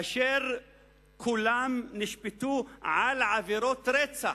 אשר כולם נשפטו על עבירות רצח,